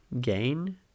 gain